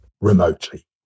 remotely